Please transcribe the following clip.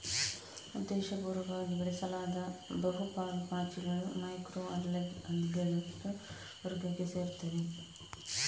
ಉದ್ದೇಶಪೂರ್ವಕವಾಗಿ ಬೆಳೆಸಲಾದ ಬಹು ಪಾಲು ಪಾಚಿಗಳು ಮೈಕ್ರೊ ಅಲ್ಗೇಗಳ ವರ್ಗಕ್ಕೆ ಸೇರುತ್ತವೆ